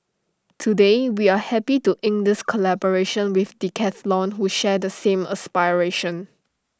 today we are happy to ink this collaboration with Decathlon who share the same aspiration